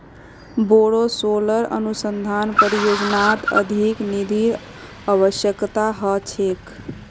बोरो सोलर अनुसंधान परियोजनात अधिक निधिर अवश्यकता ह छेक